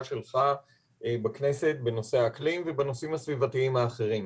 שלך בכנסת בנושא האקלים ובנושאים הסביבתיים האחרים.